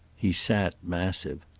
he sat massive.